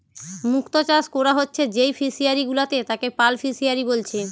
মুক্ত চাষ কোরা হচ্ছে যেই ফিশারি গুলাতে তাকে পার্ল ফিসারী বলছে